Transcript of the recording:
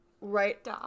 right